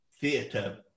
theatre